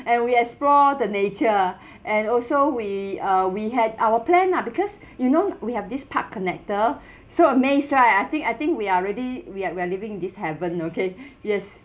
and we explore the nature and also we uh we had our plan lah because you know we have this park connector so amazed right I think I think we are already we are we are living in this heaven okay yes